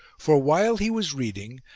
for while he was reading,